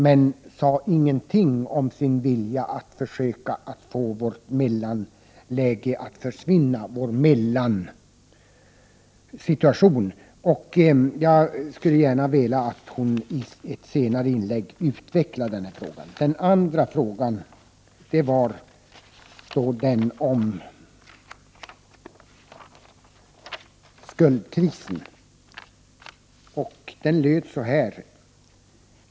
Hon sade emellertid inte någonting om sin vilja att försöka få vår mellansituation att försvinna. Jag skulle gärna vilja att hon i ett senare inlägg utvecklade den här frågan. Min andra fråga gällde skuldkrisen.